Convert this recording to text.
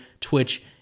Twitch